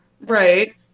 Right